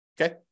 Okay